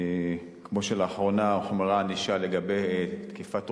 כמו שלאחרונה הוחמרה הענישה לגבי תקיפת רופאים.